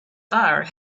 fire